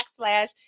backslash